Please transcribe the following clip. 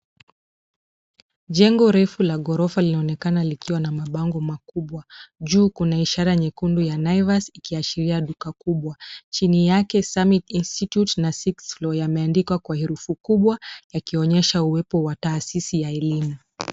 Jengo refu la ghorofa limeonekana likiwa na mabango makubwa. Juu kuna ishara nyekundu ya naivas ikiashiria duka kubwa. Chini yake summit institute na 6th floor yameandikwa kwa herufi kubwa ikionyesha uwepo wa taasisi ya elimu.